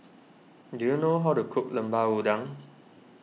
do you know how to cook Lemper Udang